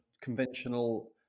conventional